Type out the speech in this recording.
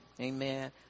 amen